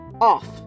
off